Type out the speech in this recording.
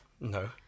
No